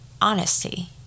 honesty